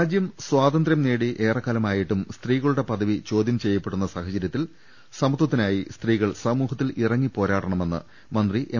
രാജ്യം സ്വാതന്ത്ര്യം നേടി ഏറെക്കാലമായിട്ടും സ്ത്രീകളുടെ പദവി ചോദ്യം ചെയ്യപ്പെടുന്ന സാഹചര്യത്തിൽ സമത്വത്തിനായി സ്ത്രീകൾ സമൂഹത്തിൽ ഇറങ്ങി പോരാടണമെന്ന് മന്ത്രി എം